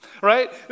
Right